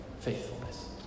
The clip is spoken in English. faithfulness